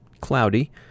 cloudy